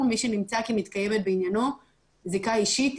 מי שנמצא כי מתקיימת בעניינו זיקה אישית,